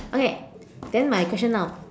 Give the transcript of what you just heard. okay then my question now